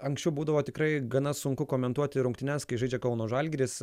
anksčiau būdavo tikrai gana sunku komentuoti rungtynes kai žaidžia kauno žalgiris